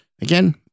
Again